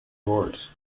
awards